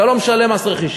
אתה לא משלם מס רכישה.